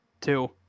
Two